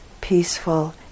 peaceful